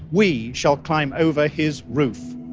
we shall climb over his roof